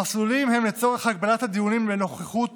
המסלולים הם לצורך הגבלת הדיונים בנוכחות